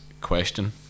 question